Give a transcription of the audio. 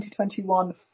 2021